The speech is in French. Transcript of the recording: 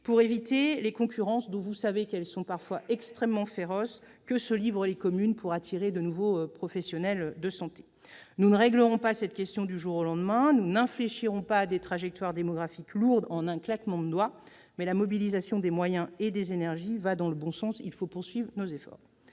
pour éviter les concurrences parfois très féroces que se livrent les communes pour attirer de nouveaux professionnels de santé. Nous ne réglerons pas cette question du jour au lendemain, et nous n'infléchirons pas des trajectoires démographiques lourdes en un claquement de doigts, mais la mobilisation des moyens et des énergies va dans le bon sens. Il faut poursuivre nos efforts.